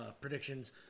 predictions